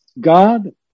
God